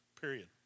period